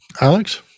Alex